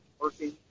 working